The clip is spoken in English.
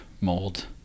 mold